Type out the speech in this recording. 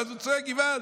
ואז הוא צועק "געוואלד".